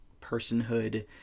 personhood